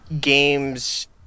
Games